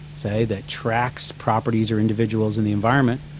say, that tracks properties or individuals in the environment,